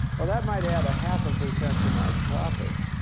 well, that might add a half a percent to my profits.